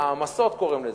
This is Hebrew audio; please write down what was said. "העמסות" קוראים לזה.